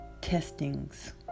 testings